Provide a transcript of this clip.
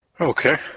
Okay